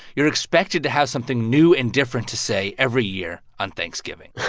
you're expected to have something new and different to say every year on thanksgiving.